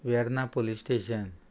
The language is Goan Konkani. Verna police station